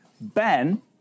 Ben